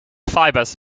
fibers